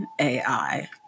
AI